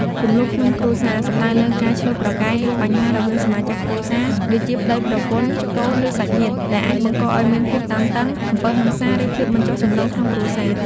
ជម្លោះក្នុងគ្រួសារ សំដៅលើ ការឈ្លោះប្រកែក ឬបញ្ហារវាងសមាជិកគ្រួសារ ដូចជាប្តីប្រពន្ធ កូន ឬសាច់ញាតិ ដែលអាចបង្កឱ្យមានភាពតានតឹង អំពើហិង្សា ឬភាពមិនចុះសម្រុងក្នុងគ្រួសារ។